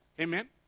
Amen